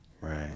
right